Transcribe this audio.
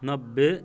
नब्बे सओ